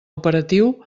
operatiu